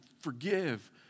forgive